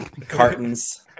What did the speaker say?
Cartons